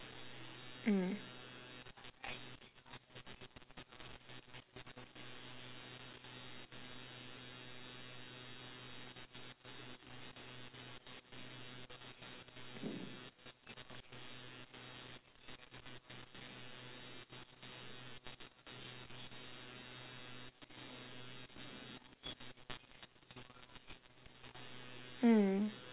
mm mm